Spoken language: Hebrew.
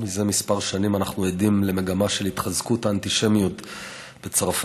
זה כמה שנים אנחנו עדים למגמה של התחזקות האנטישמיות בצרפת.